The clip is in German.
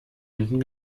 hinten